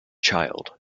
child